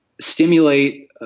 stimulate